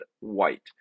white